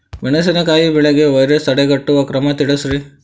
ಮೆಣಸಿನಕಾಯಿ ಬೆಳೆಗೆ ವೈರಸ್ ತಡೆಗಟ್ಟುವ ಕ್ರಮ ತಿಳಸ್ರಿ